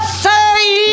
say